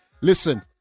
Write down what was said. listen